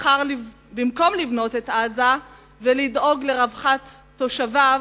במקום לבנות את עזה ולדאוג לרווחת תושביה,